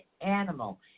animal